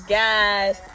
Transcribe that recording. guys